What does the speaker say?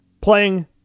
playing